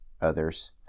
others